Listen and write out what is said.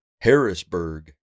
Harrisburg